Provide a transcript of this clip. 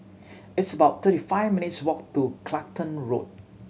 it's about thirty five minutes' walk to Clacton Road